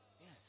Yes